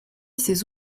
ces